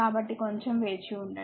కాబట్టి కొంచం వేచివుండండి